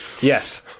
Yes